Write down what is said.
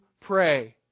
pray